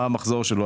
מה המחזור שלו,